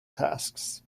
tasks